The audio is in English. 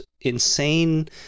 insane